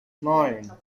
nine